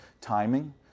timing